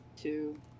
two